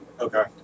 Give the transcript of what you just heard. Okay